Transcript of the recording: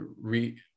re